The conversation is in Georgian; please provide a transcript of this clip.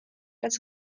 რაც